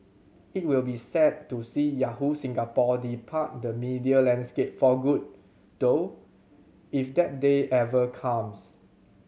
it will be sad to see Yahoo Singapore depart the media landscape for good though if that day ever comes